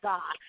God